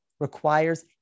requires